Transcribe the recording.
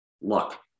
luck